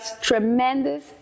tremendous